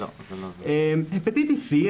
הפטיטיס סי,